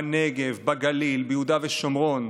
בנגב, בגליל, ביהודה ושומרון,